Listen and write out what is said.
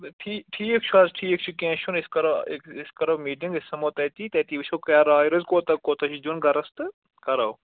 ٹھیٖک ٹھیٖک چھُ حظ ٹھیٖک چھُ کیٚنٛہہ چھُنہٕ أسۍ کَرو أسۍ کَرو میٖٹِنٛگ أسۍ سَمَو تٔتی تٔتی وٕچھو کیاہ راے روزِ کوٗتاہ کوٗتاہ چھِ دیُن گرَس تہٕ کَرو